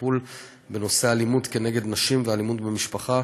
הטיפול בנושא האלימות נגד נשים והאלימות במשפחה,